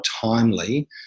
timely